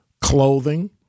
clothing